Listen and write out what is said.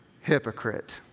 hypocrite